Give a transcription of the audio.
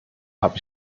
habe